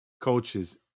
coaches